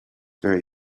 very